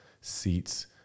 seats